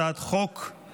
אני קובע כי הצעת חוק הירושה)